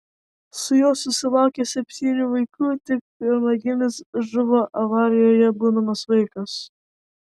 su juo susilaukė septynių vaikų tik pirmagimis žuvo avarijoje būdamas vaikas